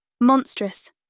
Monstrous